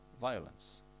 violence